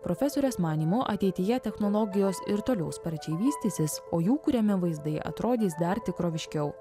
profesorės manymu ateityje technologijos ir toliau sparčiai vystysis o jų kuriami vaizdai atrodys dar tikroviškiau